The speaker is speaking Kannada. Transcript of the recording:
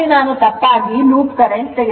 ಅಲ್ಲಿ ನಾನು ತಪ್ಪಾಗಿ loop current ತೆಗೆದುಕೊಂಡೆ